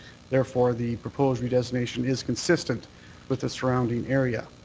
therefore the proposed redesignation is consistent with the surrounding area.